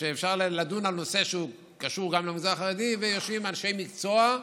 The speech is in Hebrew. שאפשר לדון בנושא שקשור למגזר החרדי ויושבים אנשי מקצוע,